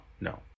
No